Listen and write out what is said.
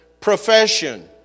profession